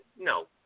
No